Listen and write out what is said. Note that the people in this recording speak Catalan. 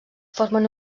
formen